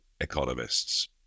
economists